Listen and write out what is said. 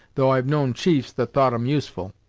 though i've known chiefs that thought em useful.